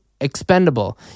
expendable